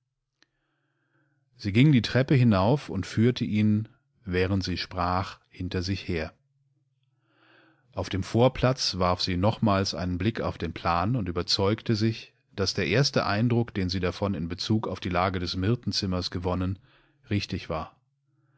sie ging die treppe hinauf und führte ihn während sie sprach hinter sich her auf demvorplatzwarfsienochmalseinenblickaufdenplanundüberzeugtesich daßder erste eindruck den sie davon in bezug auf die lage des myrtenzimmers gewonnen richtig war